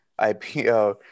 ipo